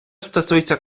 стосується